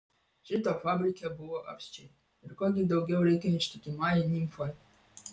šito fabrike buvo apsčiai ir ko gi daugiau reikia ištikimajai nimfai